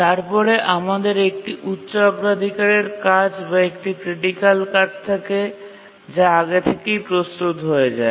তারপরে আমাদের একটি উচ্চ অগ্রাধিকারের কাজ বা একটি ক্রিটিকাল কাজ থাকে যা আগে থেকেই প্রস্তুত হয়ে যায়